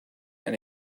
and